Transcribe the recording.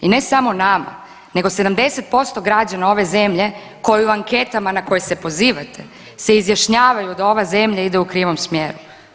I ne samo nama nego 70% građana ove zemlje koju anketama na koju se pozivate se izjašnjavaju da ova zemlja ide u krivom smjeru.